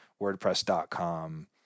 WordPress.com